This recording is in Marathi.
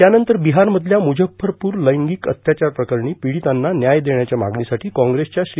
त्यानंतर बिझर मथल्या मुजफ्फरपूर लैंगिक अत्याचार प्रकरणी पीडितांना न्याय देण्याच्या मागणीसाठी कँप्रेसच्या श्री